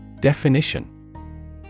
Definition